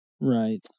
Right